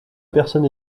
personne